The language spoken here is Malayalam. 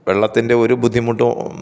വെള്ളത്തിന്റെ ഒരു ബുദ്ധിമുട്ടും